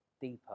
deeper